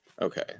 Okay